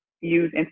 use